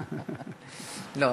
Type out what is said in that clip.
לא.